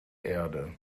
erde